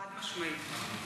חד-משמעית.